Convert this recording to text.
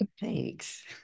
Thanks